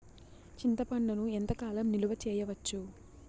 చింతపండును ఎంత కాలం నిలువ చేయవచ్చు?